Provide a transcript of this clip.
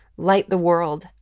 #LightTheWorld